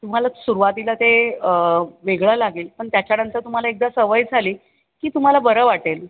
तुम्हाला सुरुवातीला ते वेगळं लागेल पण त्याच्यानंतर तुम्हाला एकदा सवय झाली की तुम्हाला बरं वाटेल